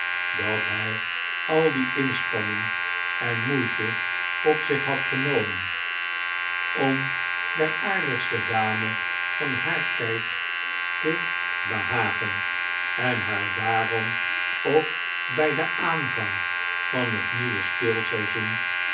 dat hij al die inspanning en moeite op zich had genomen om der aardigste dame van haar tijd te behagen en haar daarom ook bij den aanvang van het nieuwe